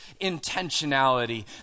intentionality